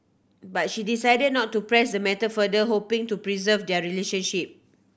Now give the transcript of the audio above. but she decided not to press the matter further hoping to preserve their relationship